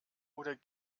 oder